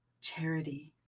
charity